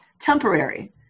temporary